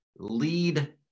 lead